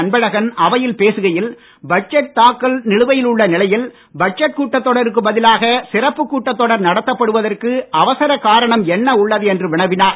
அன்பழகன் அவையில் பேசுகையில் பட்ஜெட் தாக்கல் நிலுவையில் உள்ள நிலையில் பட்ஜெட் கூட்டத் தொடருக்கு பதிலாக சிறப்புக் கூட்டத் தொடர் நடத்தப்படுவதற்கு அவசரக் காரணம் என்ன உள்ளது என வினவினார்